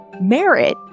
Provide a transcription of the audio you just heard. Merit